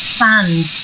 fans